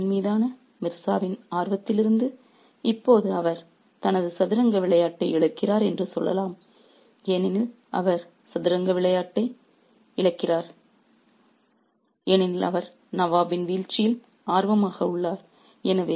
அரசியல் வீழ்ச்சியின் மீதான மிர்ஸாவின் ஆர்வத்திலிருந்து இப்போது அவர் தனது சதுரங்க விளையாட்டை இழக்கிறார் என்று சொல்லலாம் ஏனெனில் அவர் சதுரங்க விளையாட்டை இழக்கிறார் ஏனெனில் அவர் நவாபின் வீழ்ச்சியில் ஆர்வமாக உள்ளார்